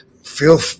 Feel